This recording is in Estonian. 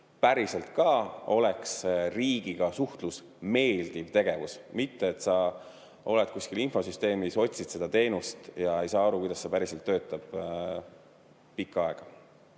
päriselt ka oleks riigiga suhtlus meeldiv tegevus, mitte et sa oled kuskil infosüsteemis, otsisid pikka aega mingit teenust ja ei saa aru, kuidas see päriselt töötab. Ja